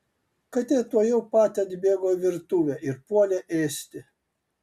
katė tuojau pat atbėgo į virtuvę ir puolė ėsti